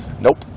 Nope